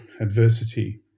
adversity